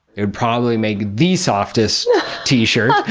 it would probably make the softest t-shirt.